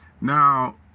Now